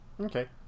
Okay